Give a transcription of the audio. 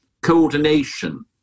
coordination